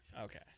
okay